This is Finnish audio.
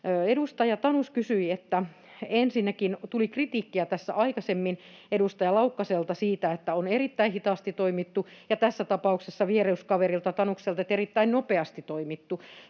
ehdotuksessa lähdetään. Ensinnäkin tuli kritiikkiä tässä aikaisemmin edustaja Laukkaselta siitä, että on erittäin hitaasti toimittu, ja sitten tässä tapauksessa vieruskaverilta Tanukselta, että on erittäin nopeasti toimittu.